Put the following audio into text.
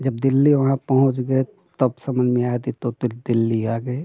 जब दिल्ली वहाँ पहुँच गए तब समझ में आया यह तो दिल दिल्ली आ गए